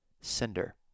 sender